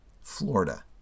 Florida